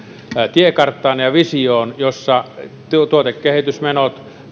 tiekarttaan ja ja visioon jossa tuotekehitysmenot